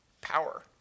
power